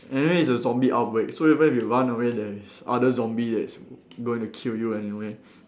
anyway it's a zombie outbreak so even if you run away there is other zombie that is going to kill you anyway